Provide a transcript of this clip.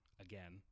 Again